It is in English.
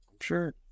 Sure